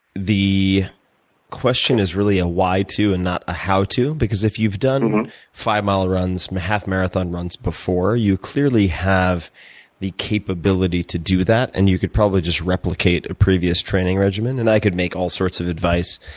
the question is really a why to and not a how to. because if you've done five-mile runs, half marathon runs before, you clearly have the capability to do that, and you could probably just replicate a previous training regimen. and i could make all sorts of advice,